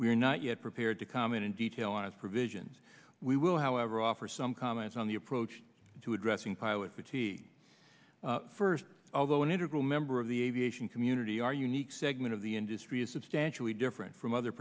are not yet prepared to comment in detail on its provisions we will however offer some comments on the approach to addressing pilot but he first although an integral member of the aviation community our unique segment of the industry is substantially different from other